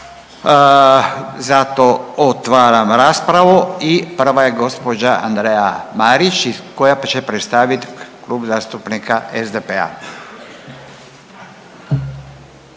Zato otvaram raspravu i prva je gospođa Andreja Marić koja će predstavit Klub zastupnika SDP-a.